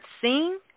sing